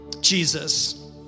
Jesus